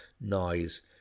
noise